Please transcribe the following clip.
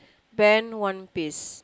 Ben one piece